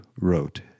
wrote